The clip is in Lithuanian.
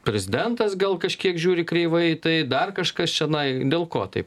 prezidentas gal kažkiek žiūri kreivai tai dar kažkas čionai dėl ko taip